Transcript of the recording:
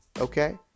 okay